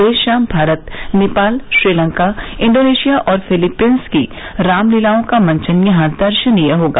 देर शाम भारत नेपाल श्रीलंका इंडोनेशिया और फिलीपींस की रामलीलाओं का मंचन यहां दर्शनीय होगा